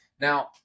Now